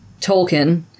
Tolkien